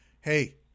hey